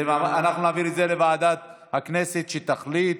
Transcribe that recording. אנחנו נעביר את זה לוועדת הכנסת, שתחליט